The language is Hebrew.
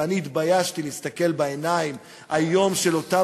ואני התביישתי להסתכל בעיניים היום של אותם